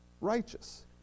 righteous